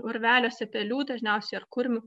urveliuose pelių dažniausiai ar kurmių